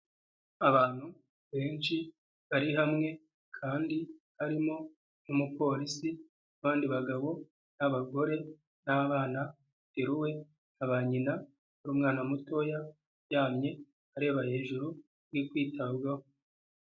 Abantu benshi bari hamwe kandi harimo Umupolisi, abandi, bagabo n'abagore n'abana bateruwe na ba nyina n'umwana mutoya uryamye areba hejuru ari kwitabwaho.